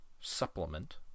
supplement